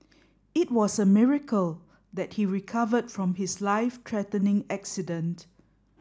it was a miracle that he recovered from his life threatening accident